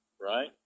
right